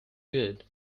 good